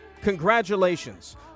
Congratulations